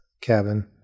cabin